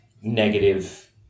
negative